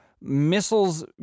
missiles